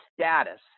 status